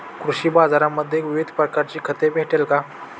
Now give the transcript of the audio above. कृषी बाजारांमध्ये विविध प्रकारची खते भेटेल का?